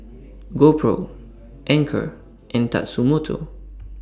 GoPro Anchor and Tatsumoto